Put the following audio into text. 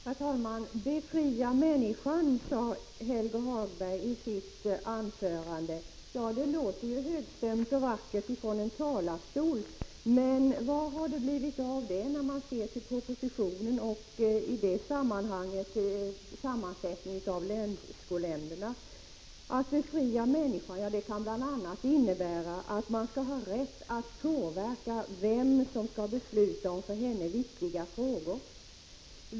Herr talman! ”Befria människan”, sade Helge Hagberg i sitt anförande. Det låter högstämt och vackert från en talarstol, men vad har det blivit av det när man ser till propositionen och i det sammanhanget sammansättningen av länsskolnämnderna? Att befria människan kan bl.a. innebära att människan skall ha rätt att påverka vem som skall besluta om för henne viktiga frågor.